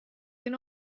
can